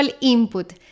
input